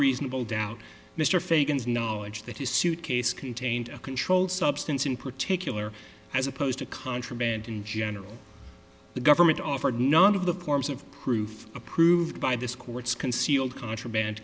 reasonable doubt mr figgins knowledge that his suitcase contained a controlled substance in particular as opposed to contraband in general the government offered none of the forms of proof approved by this court's concealed contraband